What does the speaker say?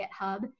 github